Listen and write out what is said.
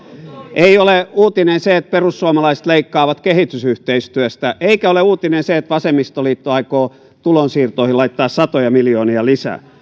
ei ole uutinen se että perussuomalaiset leikkaavat kehitysyhteistyöstä eikä ole uutinen se että vasemmistoliitto aikoo tulonsiirtoihin laittaa satoja miljoonia lisää